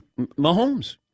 Mahomes